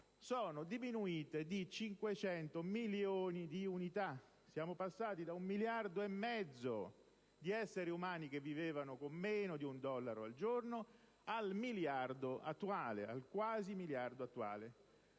sono diminuite di cinquecento milioni di unità. Siamo passati da un miliardo e mezzo di esseri umani che vivevano con meno di un dollaro al giorno a quasi un miliardo attuale.